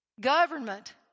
Government